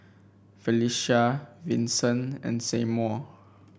Phylicia Vincent and Seymour